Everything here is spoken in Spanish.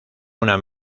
una